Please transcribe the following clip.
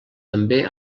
també